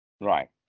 Right